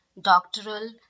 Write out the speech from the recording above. doctoral